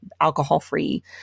alcohol-free